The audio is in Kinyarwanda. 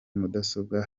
mudasobwa